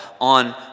on